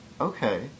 Okay